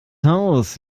haus